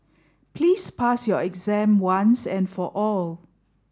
please pass your exam once and for all